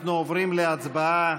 אנחנו עוברים להצבעה.